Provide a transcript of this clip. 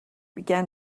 began